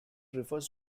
refers